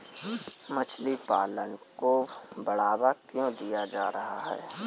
मछली पालन को बढ़ावा क्यों दिया जा रहा है?